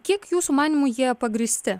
kiek jūsų manymu jie pagrįsti